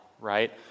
right